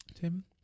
Tim